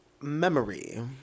Memory